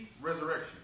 resurrection